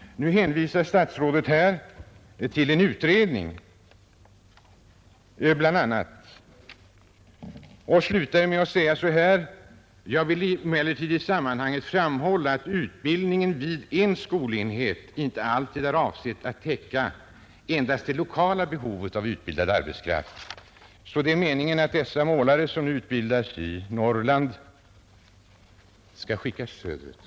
Nu hänvisar statsrådet bl.a. till en utredning och säger mot slutet av sitt svar: ”Jag vill emellertid i sammanhanget framhålla att utbildningen vid en skolenhet inte alltid är avsedd att täcka endast det lokala behovet av utbildad arbetskraft.” Det är alltså meningen att de målare som nu utbildas i Norrland skall skickas söderut.